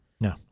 No